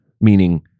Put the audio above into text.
Meaning